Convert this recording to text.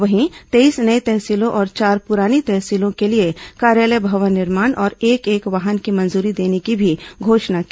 वहीं तेईस नई तहसीलों और चार पुरानी तहसीलों के लिए कार्यालय भवन निर्माण और एक एक वाहन की मंजूरी देने की भी घोषणा की